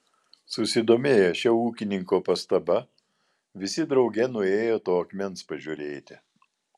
susidomėję šia ūkininko pastaba visi drauge nuėjo to akmens pažiūrėti